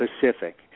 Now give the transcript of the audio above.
Pacific